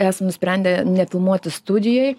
esam nusprendę nefilmuoti studijoj